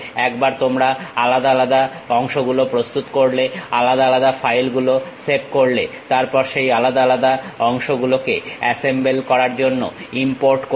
একবার তোমরা আলাদা আলাদা অংশগুলো প্রস্তুত করলে আলাদা আলাদা ফাইলগুলো সেভ করলে তারপর সেই আলাদা আলাদা অংশগুলোকে অ্যাসেম্বল করার জন্য ইমপোর্ট করলে